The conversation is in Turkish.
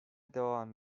devam